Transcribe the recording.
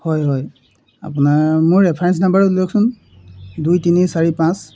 হয় হয় আপোনাৰ মোৰ ৰেফাৰেঞ্চ নাম্বাৰ উলিয়াওকচোন দুই তিনি চাৰি পাঁচ